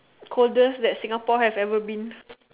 coldest that Singapore has ever been